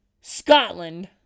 Scotland